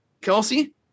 Kelsey